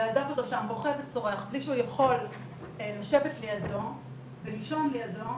ועזב אותו שם בוכה וצורח בלי שהוא יכול לשבת לידו ולישון לידו,